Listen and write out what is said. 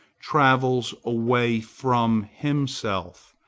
travels away from himself,